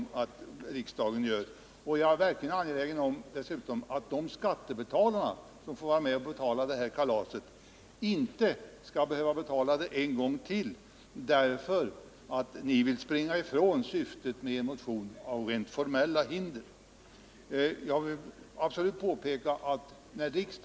Jag är dessutom verkligen angelägen om att de skattebetalare som får vara med och betala det här kalaset inte skall behöva betala det en gång till, därför att ni moderater under åberopande av rent formella hinder vill springa ifrån syftet med er motion.